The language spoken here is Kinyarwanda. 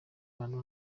abantu